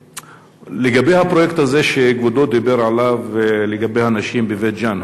לגבי הפרויקט הזה שכבודו דיבר עליו לגבי הנשים בבית-ג'ן,